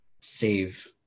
save